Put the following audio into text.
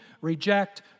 reject